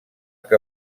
que